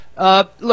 Look